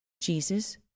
Jesus